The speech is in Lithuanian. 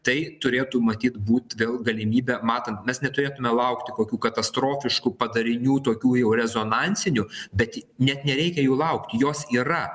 tai turėtų matyt būti vėl galimybė matant mes neturėtume laukti kokių katastrofiškų padarinių tokių jau rezonansinių bet net nereikia jų laukti jos yra